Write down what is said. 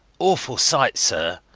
awful sight, sir.